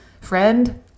friend